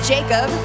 Jacob